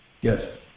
Yes